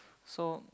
so